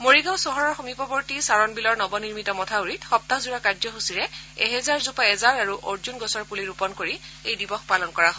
মৰিগাঁও চহৰৰ সমীপৱৰ্তী চাৰণবিলৰ নৱনিৰ্মিত মথাউৰিত সপ্তাহজোৰা কাৰ্যসূচীৰে এহেজাৰ জোপা এজাৰ আৰু অৰ্জুন গছৰ পুলি ৰোপণ কৰি এই দিৱস পালন কৰা হৈছে